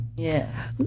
Yes